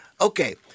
Okay